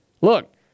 Look